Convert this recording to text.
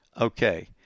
Okay